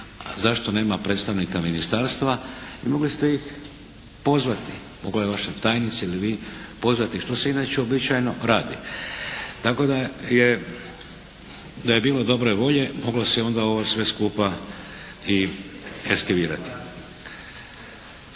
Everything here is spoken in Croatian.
zašto nema predstavnika ministarstva i mogli ste ih pozvati. Mogla je vaša tajnica ili vi pozvati što se inače uobičajeno radi. Tako da je bilo dobre volje moglo se je onda ovo sve skupa i eskivirati.